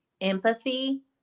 empathy